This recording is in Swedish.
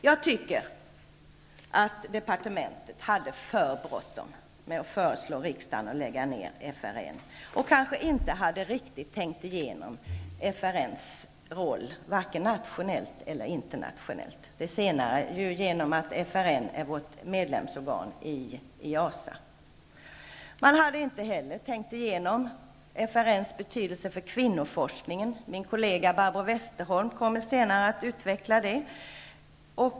Jag tycker att departementet hade för bråttom med att föreslå riksdagen att lägga ned FRN. Man hade kanske inte riktigt tänkt igenom FRN:s roll, varken nationellt eller internationellt. I det senare sammanhanget är ju FRN vårt medlemsorgan. Man hade inte heller tänkt igenom FRN:s betydelse för kvinnoforskningen. Min kollega Barbro Westerholm kommer senare att utveckla detta.